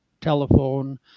telephone